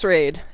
Raid